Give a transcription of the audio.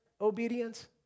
obedience